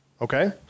Okay